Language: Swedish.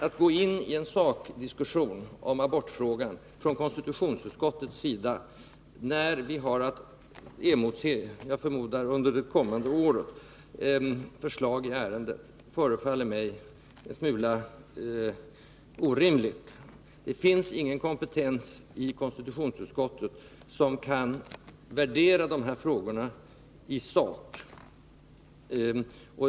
Att gå in i en sakdiskussion om abortfrågan från konstitutionsutskottets sida när vi har att emotse — jag förmodar under det kommande året — förslag i ärendet, förefaller mig en smula orimligt. Det finns ingen kompetens hos konstitutionsutskottet när det gäller att värdera de här frågorna i sak.